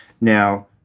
Now